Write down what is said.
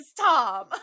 Tom